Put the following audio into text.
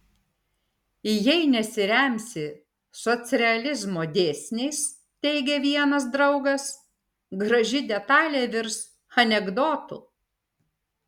jei nesiremsi socrealizmo dėsniais teigė vienas draugas graži detalė virs anekdotu